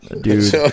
Dude